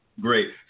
Great